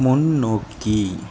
முன்னோக்கி